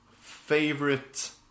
favorite